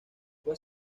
fue